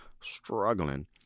struggling